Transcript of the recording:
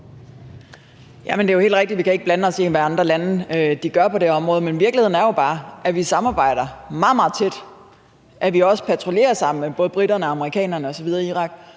Det er helt rigtigt, at vi ikke kan blande os i, hvad andre lande gør på det område. Men virkeligheden er jo bare, at vi samarbejder meget, meget tæt med dem og også patruljerer sammen med briterne og amerikanerne i Irak.